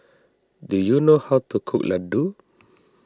do you know how to cook Laddu